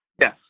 yes